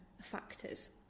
factors